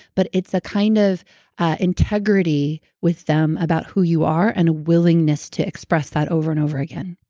but it's a kind of integrity with them about who you are and a willingness to express that over and over again.